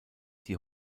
die